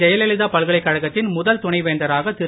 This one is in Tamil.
ஜெயலலிதா பல்கலைக் கழகத்தின் முதல் துணை வேந்தராக திரு